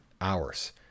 hours